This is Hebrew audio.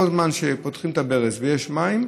כל זמן שפותחים את הברז ויש מים,